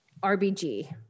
RBG